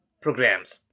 programs